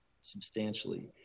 substantially